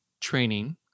training